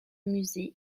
musées